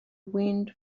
wind